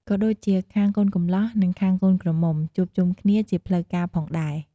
ក៏ដូចជាខាងកូនកំលោះ និងខាងកូនក្រមុំ ជួបជុំគ្នាជាផ្លូវការផងដែរ។